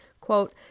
Quote